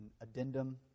addendum